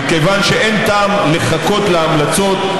מכיוון שאין טעם לחכות להמלצות,